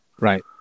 right